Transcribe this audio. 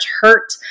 hurt